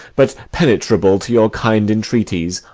but penetrable to your kind entreaties,